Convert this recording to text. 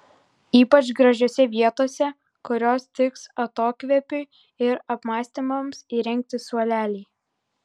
ypač gražiose vietose kurios tiks atokvėpiui ir apmąstymams įrengti suoleliai